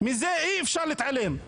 מזה אי אפשר להתעלם.